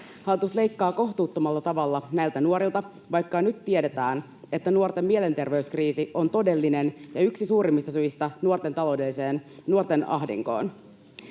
Hallitus leikkaa kohtuuttomalla tavalla näiltä nuorilta, vaikka jo nyt tiedetään, että nuorten mielenterveyskriisi on todellinen ja yksi suurimmista syistä nuorten ahdinkoon.